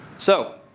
so,